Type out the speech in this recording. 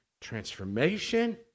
transformation